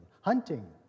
hunting